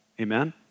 Amen